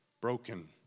broken